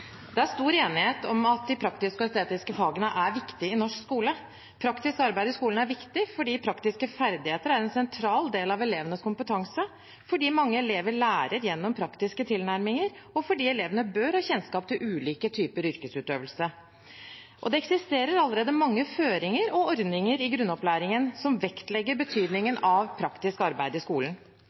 norsk skole. Praktisk arbeid i skolen er viktig fordi praktiske ferdigheter er en sentral del av elevenes kompetanse, fordi mange elever lærer gjennom praktiske tilnærminger, og fordi elevene bør ha kjennskap til ulike typer yrkesutøvelse. Det eksisterer allerede mange føringer og ordninger i grunnopplæringen som vektlegger betydningen av praktisk arbeid i skolen.